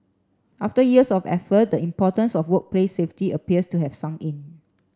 after years of effort the importance of workplace safety appears to have sunk in